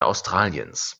australiens